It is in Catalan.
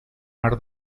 mar